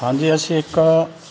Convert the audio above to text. ਹਾਂਜੀ ਅਸੀਂ ਇੱਕ